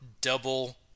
double